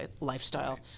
lifestyle